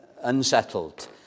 unsettled